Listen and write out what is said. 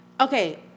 Okay